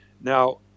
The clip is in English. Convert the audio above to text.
Now